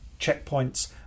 checkpoints